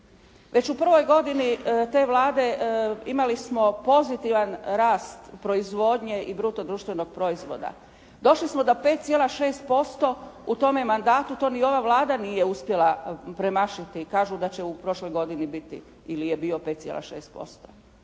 Već u prvoj godini te Vlade imali smo pozitivan rast proizvodnje i bruto društvenog proizvoda. Došli smo do 5,6% u tome mandatu, to ni ova Vlada nije uspjela premašiti, kažu da će u prošloj godini biti ili je bio 5,6%.